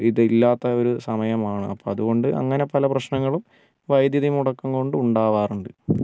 ഇത് ഇല്ലാത്തൊരു സമയമാണ് അപ്പോൾ അതുകൊണ്ട് അങ്ങനെ പല പ്രശ്നങ്ങളും വൈദ്യുതി മുടക്കം കൊണ്ടുണ്ടാവാറുണ്ട്